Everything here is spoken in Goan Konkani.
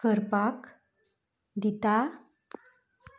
करपाक दिता